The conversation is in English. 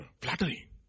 flattery